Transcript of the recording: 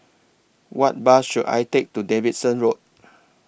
What Bus should I Take to Davidson Road